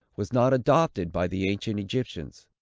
was not adopted by the ancient egyptians.